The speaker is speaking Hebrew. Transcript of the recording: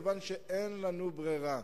מכיוון שאין לנו ברירה.